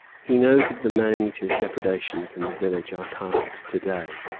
he knows of the man-eater's depredations in the village i passed to-day,